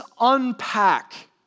unpack